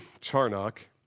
Charnock